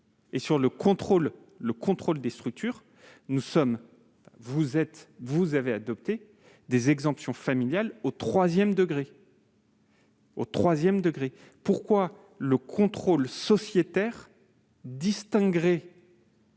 titre du contrôle des structures. Or vous avez adopté des exemptions familiales jusqu'au troisième degré. Pourquoi le contrôle sociétaire ne